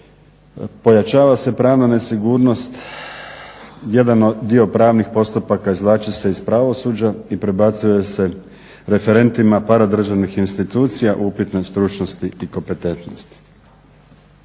pojačava se pravna nesigurnost, jedan dio pravnih postupaka izvlači se iz pravosuđa i prebacuje se referentima paradržavnih institucija upitne stručnosti i kompetentnosti.